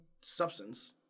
substance